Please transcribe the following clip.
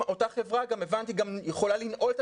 גם הבנתי שאותה חברה יכולה לנעול את